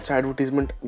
advertisement